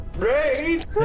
RAID